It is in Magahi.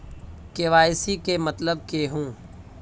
के.वाई.सी के मतलब केहू?